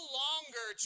longer